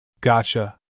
gotcha